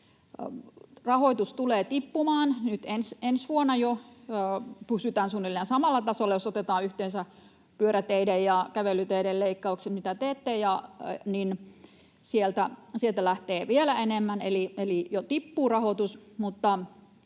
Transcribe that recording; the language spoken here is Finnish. rahoitus tulee tippumaan. Nyt ensi vuonna pysytään suunnilleen samalla tasolla, mutta jos otetaan yhteensä pyöräteiden ja kävelyteiden leik-kaukset, mitä teette, kun sieltä lähtee enemmän, niin jo tippuu rahoitus,